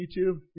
YouTube